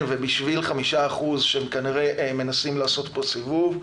בשביל 5% שכנראה מנסים לעשות פה סיבוב,